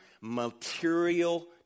material